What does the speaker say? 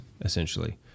essentially